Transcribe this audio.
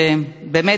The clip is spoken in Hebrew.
שבאמת,